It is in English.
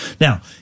Now